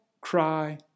cry